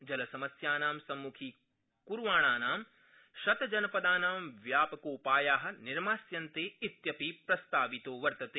जलसमस्यानां सम्मुखीकुर्वाणानां शतजनपदानां व्यापकोपाया निर्माष्यन्ते इत्यपि प्रस्तावितो वर्तते